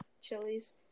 chilies